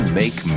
make